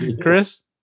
Chris